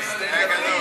שיהיה ברור,